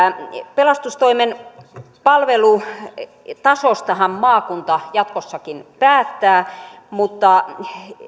pelastustoimen palvelutasostahan maakunta jatkossakin päättää mutta